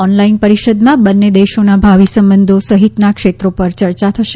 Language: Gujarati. ઓનલાઈન પરિષદમાં બંને દેશોના ભાવિ સંબંધો સહિતના ક્ષેત્રો પર ચર્ચા કરશે